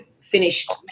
finished